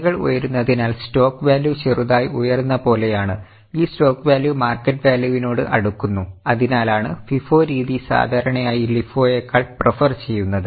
വിലകൾ ഉയരുന്നതിനാൽ stock value ചെറുതായി ഉയർന്ന പോലെയാണ് ഈ സ്റ്റോക്ക് വാല്യൂ മാർക്കറ്റ് വാല്യൂവിനോട് അടുക്കുന്നു അതിനാലാണ് FIFO രീതി സാധാരണയായി LIFO യേക്കാൾ പ്രഫർ ചെയ്യുന്നത്